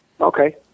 Okay